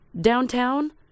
downtown